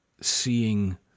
seeing